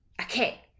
Okay